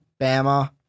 Bama